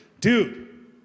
Dude